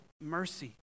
mercy